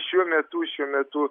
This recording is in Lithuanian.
šiuo metu šiuo metu